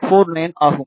49 ஆகும்